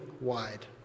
wide